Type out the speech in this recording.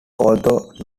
although